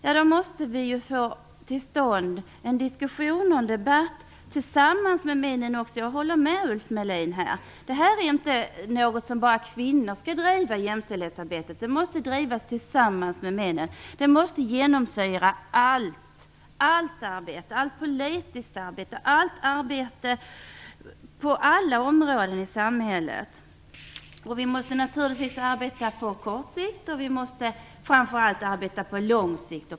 Jo, vi måste få till stånd en diskussion tillsammans med männen också. Jag håller med Ulf Melin. Jämställdhetsarbetet är inte någonting som bara kvinnor skall driva, utan det måste drivas tillsammans med männen. Det måste genomsyra allt arbete, allt politiskt arbete och arbete på alla områden i samhället. Vi måste naturligtvis arbeta på kort sikt, och vi måste framför allt arbeta på lång sikt.